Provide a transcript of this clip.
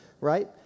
right